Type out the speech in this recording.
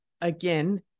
again